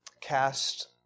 cast